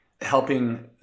helping